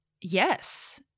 yes